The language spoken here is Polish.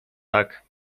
tak